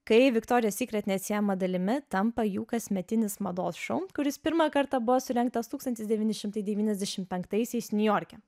kai viktorijos sykret neatsiejama dalimi tampa jų kasmetinis mados šou kuris pirmą kartą buvo surengtas tūkstantis devyni šimtai devyniasdešimt penktaisiais niujorke